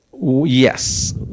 Yes